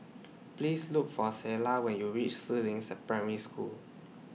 Please Look For Selah when YOU REACH Si Ling Primary School